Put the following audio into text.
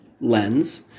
lens